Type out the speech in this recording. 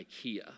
Ikea